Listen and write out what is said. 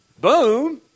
boom